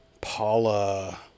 paula